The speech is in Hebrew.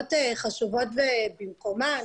שאלות חשובות ובמקומן.